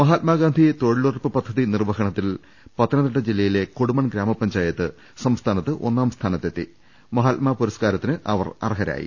മഹാത്മാഗാന്ധി തൊഴിലുറപ്പ് പദ്ധതി നിർവ്വഹണത്തിൽ പത്ത നംതിട്ട ജില്ലയിലെ കൊടുമൺ ഗ്രാമ പഞ്ചായത്ത് സംസ്ഥാനത്ത് ഒന്നാം സ്ഥാനത്തെത്തി മഹാത്മാ പുരസ്കാരത്തിന് അർഹമായി